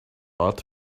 ought